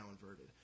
inverted